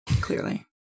clearly